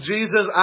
Jesus